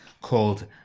called